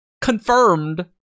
confirmed